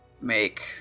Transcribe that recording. make